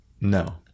no